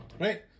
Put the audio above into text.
right